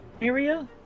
area